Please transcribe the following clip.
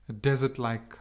desert-like